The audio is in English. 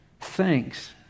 thanks